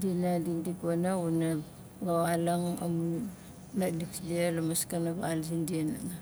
Dina dikdik wana xuna vawaulang amu naalik zindia la maskana val zindia hanga